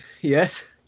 yes